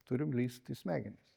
turim lįst į smegenis